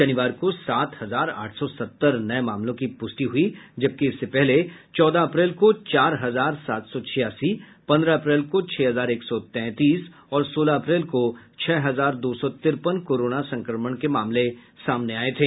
शनिवार को सात हजार आठ सौ सत्तर नये मामलों की पुष्टि हुई जबकि इससे पहले चौदह अप्रैल को चार हजार सात सौ छियासी पन्द्रह अप्रैल को छह हजार एक सौ तैंतीस और सोलह अप्रैल को छह हजार दो सौ तिरपन कोरोना संक्रमण के मामले सामने आये थे